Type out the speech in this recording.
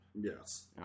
Yes